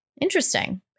Interesting